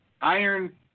Iron